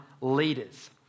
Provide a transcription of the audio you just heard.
leaders